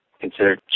consider